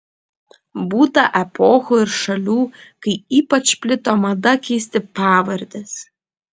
būta epochų ir šalių kai ypač plito mada keisti pavardes